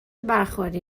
برخوردی